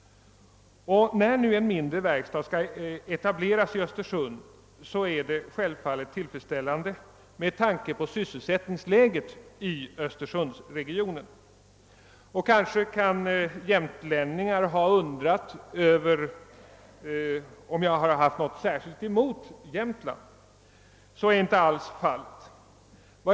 När nu en mindre verkstad skall etableras i Östersund är jag självfallet tillfredsställd med tanke på sysselsättningsläget i Östersundsregionen. Kanske kan jämtlänningarna ha undrat om jag har haft något särskilt emot Jämtland. Så är inte alls fallet.